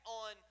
on